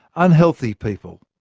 unhealthy people,